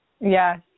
Yes